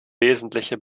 wesentliche